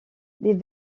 les